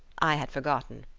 i had forgotten.